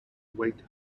weight